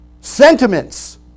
sentiments